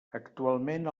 actualment